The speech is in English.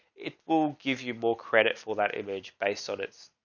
it will give you more credit for that image based on it.